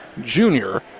junior